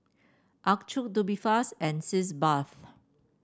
Accucheck Tubifast and Sitz Bath